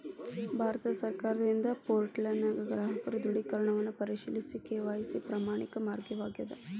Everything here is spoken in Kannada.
ಭಾರತ ಸರ್ಕಾರದಿಂದ ಪೋರ್ಟಲ್ನ್ಯಾಗ ಗ್ರಾಹಕರ ದೃಢೇಕರಣವನ್ನ ಪರಿಶೇಲಿಸಕ ಕೆ.ವಾಯ್.ಸಿ ಪ್ರಮಾಣಿತ ಮಾರ್ಗವಾಗ್ಯದ